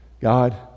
God